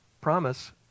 promise